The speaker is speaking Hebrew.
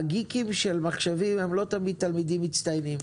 הגיקים של מחשבים הם לא תמיד תלמידים מצטיינים.